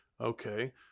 Okay